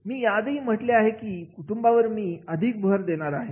मी याआधीही म्हणलं आहे की कुटुंबावर मी अधिक भर देणार आहे